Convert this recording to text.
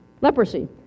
leprosy